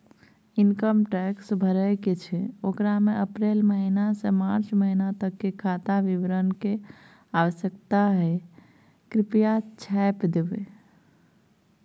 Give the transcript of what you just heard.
Income tax भरय के छै ओकरा में अप्रैल महिना से मार्च महिना तक के खाता विवरण के आवश्यकता हय कृप्या छाय्प देबै?